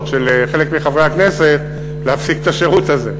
של חלק מחברי הכנסת להפסיק את השירות הזה.